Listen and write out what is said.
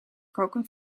koken